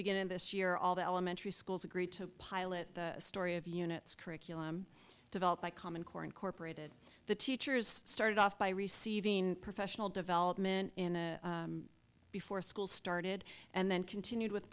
beginning of this year all the elementary schools agreed to pilot the story of units curriculum developed by common core incorporated the teachers started off by receiving professional development in a before school started and then continued with